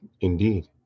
Indeed